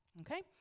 Okay